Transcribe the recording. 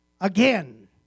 again